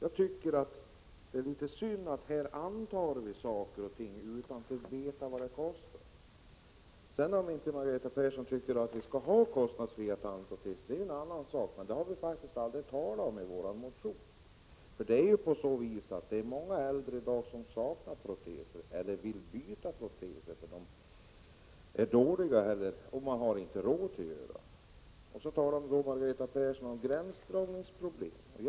Det är litet synd att vi här beslutar saker och ting, utan att veta vad det kostar. Om Margareta Persson inte tycker att vi skall ha kostnadsfria tandproteser är det en annan sak. Men det har vi faktiskt aldrig talat om i vår motion. Det är faktiskt många äldre människor i dag som saknar proteser eller som vill byta proteser eftersom de är dåliga. De har inte råd att göra det. Margareta Persson talar om gränsdragningsproblem.